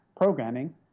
programming